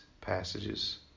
passages